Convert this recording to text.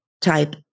type